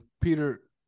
Peter